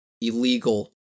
illegal